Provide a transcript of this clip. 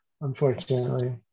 unfortunately